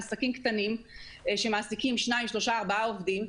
עסקים קטנים שמעסיקים שניים-שלושה או ארבעה עובדים.